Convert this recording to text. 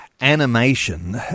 animation